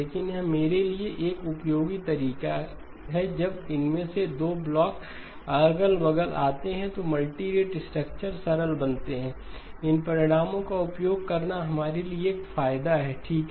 लेकिन यह हमारे लिए एक उपयोगी तरीका है जब इनमें से 2 ब्लॉक अगल बगल आते हैं तो मल्टीरेट स्ट्रक्चरस सरल बनते है इन परिणामों का उपयोग करना हमारे लिए एक फायदा है ठीक